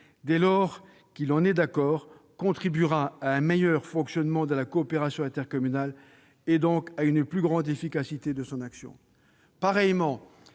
dès lors qu'il en est d'accord, contribuera à un meilleur fonctionnement de la coopération intercommunale et, donc, à une plus grande efficacité de son action.